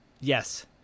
Yes